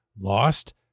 lost